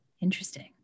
Interesting